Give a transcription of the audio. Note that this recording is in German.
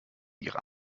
ihrer